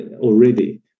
already